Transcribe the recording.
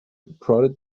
prodded